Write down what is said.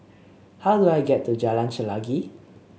how do I get to Jalan Chelagi